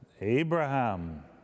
Abraham